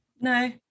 No